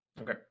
Okay